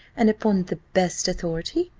and upon the best authority,